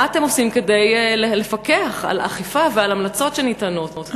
מה אתם עושים כדי לפקח על אכיפה ועל ההמלצות שניתנות?